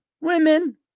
Women